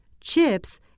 chips